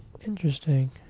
Interesting